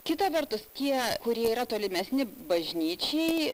kita vertus tie kurie yra tolimesni bažnyčiai